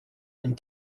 and